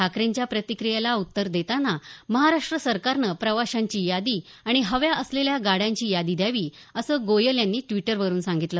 ठाकरेंच्या प्रतिक्रियेला उत्तर देताना महाराष्ट्र सरकारनं प्रवाशांची यादी आणि हव्या असलेल्या गाड्यांची यादी द्यावी असं गोयल यांनी द्वीटरवरून सांगितलं